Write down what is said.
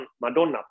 Madonna